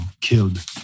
killed